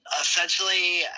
Essentially